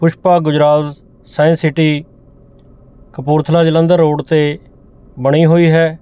Pushpa Gujral Science City Kapurthala Jalandhar Road 'ਤੇ ਬਣੀ ਹੋਈ ਹੈ